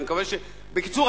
בקיצור,